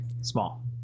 small